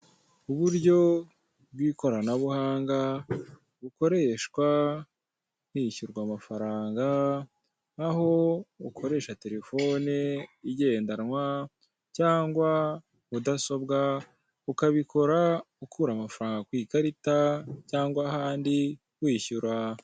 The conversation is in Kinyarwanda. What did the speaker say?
Uburyo bw'ikoranabuhanga bukoreshwa hishyurwa amafaranga aho ukoresha telefone igendanwa cyangwa mudasobwa ukabikora ukura amafaranga ku ikarita cyangwa ahandi wishyura.